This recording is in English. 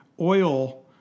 oil